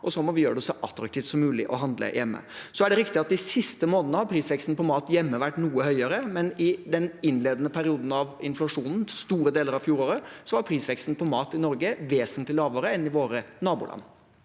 og så må vi gjøre det så attraktivt som mulig å handle hjemme. Så er det riktig at prisveksten har vært noe høyere på mat hjemme de siste månedene, men i den innledende perioden av inflasjonen, store deler av fjoråret, var prisveksten på mat i Norge vesentlig lavere enn i våre naboland.